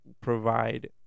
provide